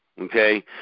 Okay